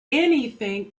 anything